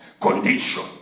condition